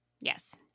Yes